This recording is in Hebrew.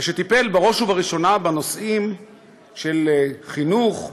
ושטיפל בראש ובראשונה בנושאים של חינוך,